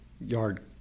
yard